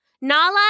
Nala